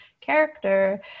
character